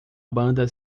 banda